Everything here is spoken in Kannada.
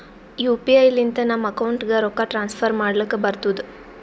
ಯು ಪಿ ಐ ಲಿಂತ ನಮ್ ಅಕೌಂಟ್ಗ ರೊಕ್ಕಾ ಟ್ರಾನ್ಸ್ಫರ್ ಮಾಡ್ಲಕ್ ಬರ್ತುದ್